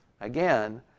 Again